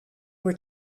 were